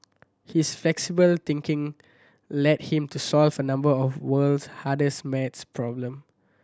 his flexible thinking led him to solves a number of world's hardest maths problem